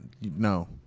No